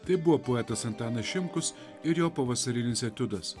tai buvo poetas antanas šimkus ir jo pavasarinis etiudas